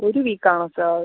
ഒരു വീക്ക് ആണോ സാർ